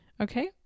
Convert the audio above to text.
Okay